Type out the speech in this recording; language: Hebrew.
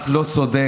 מס לא צודק,